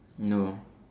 no